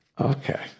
Okay